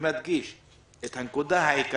ומדגיש את הנקודה העיקרית,